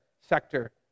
sector